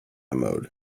mode